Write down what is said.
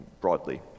broadly